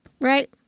right